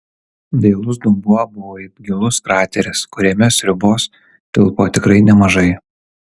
dailus dubuo buvo it gilus krateris kuriame sriubos tilpo tikrai nemažai